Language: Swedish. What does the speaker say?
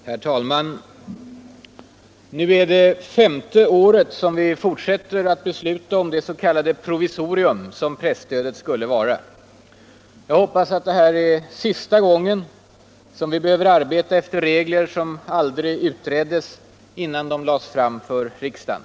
Herr talman! Nu är det femte året som vi fortsätter att besluta om det s.k. provisorium som presstödet skulle vara. Jag hoppas att det här är sista gången vi behöver arbeta efter regler som aldrig utreddes innan de lades fram för riksdagen.